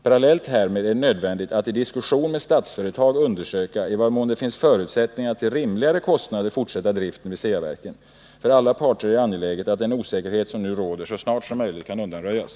Parallellt härmed är det nödvändigt att i diskussion med Statsföretag undersöka i vad mån det finns förutsättningar att till rimligare kostnader fortsätta driften vid Ceaverken. För alla parter är det angeläget att den osäkerhet som nu råder så snart som möjligt kan undanröjas.